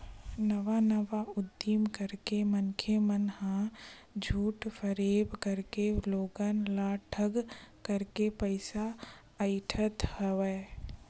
नवा नवा उदीम करके मनखे मन ह झूठ फरेब करके लोगन ल ठंग करके पइसा अइठत हवय